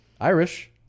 Irish